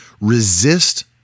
Resist